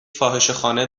فاحشهخانه